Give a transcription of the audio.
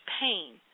pain